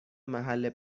محل